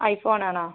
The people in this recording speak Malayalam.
ഐഫോൺ ആണോ